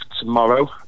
tomorrow